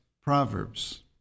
Proverbs